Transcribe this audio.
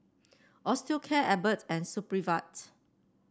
Osteocare Abbott and Supravit